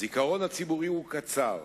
הזיכרון הציבורי הוא קצר,